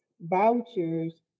vouchers